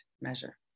measure